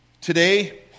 Today